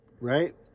Right